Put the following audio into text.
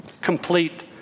complete